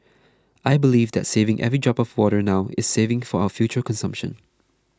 I believe that saving every drop of water now is saving for our future consumption